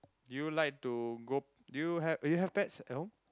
do you like to go do you have do you have pets at home